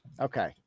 Okay